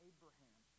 Abraham